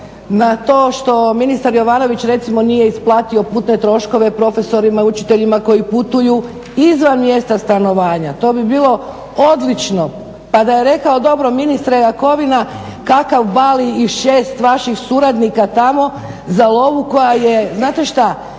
na to što ministar Jovanović recimo nije isplatio putne troškove profesorima, učiteljima koji putuju izvan mjesta stanovanja. To bi bilo odlično. Pa da je rekao, dobro ministre Jakovina kakav Bali i 6 vaših suradnika tamo za lovu koja je znate šta,